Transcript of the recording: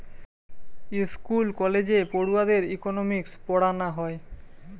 school কলেজে পড়ুয়াদের economics পোড়ানা হয়